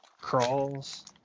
crawls